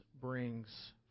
brings